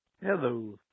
Hello